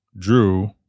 Drew